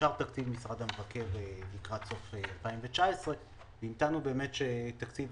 שאושר תקציב משרד המבקר בסוף 2019. המתנו אז שתקציב